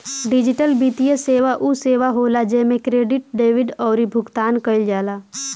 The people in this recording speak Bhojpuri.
डिजिटल वित्तीय सेवा उ सेवा होला जेमे क्रेडिट, डेबिट अउरी भुगतान कईल जाला